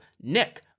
Nick